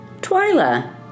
Twyla